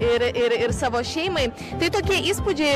ir ir ir savo šeimai tai tokie įspūdžiai